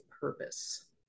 purpose